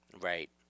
Right